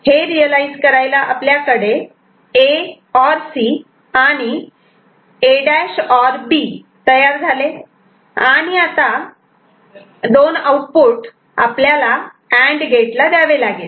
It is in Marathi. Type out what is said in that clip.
हे रियलायझ करायला आपल्याकडे A OR C आणि आणिA' OR B तयार झाले आणि आता 2 आउटपुट आपल्याला अँड गेट ला द्यावे लागेल